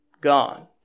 gone